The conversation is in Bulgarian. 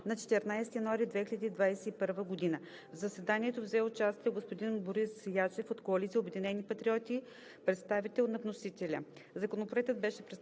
на 14 януари 2021 г. В заседанието взе участие господин Борис Ячев от Коалиция „Обединени патриоти“ – представител на вносителя.